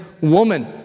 woman